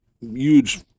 huge